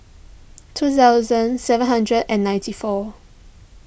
two thousand seven hundred and ninety four